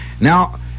Now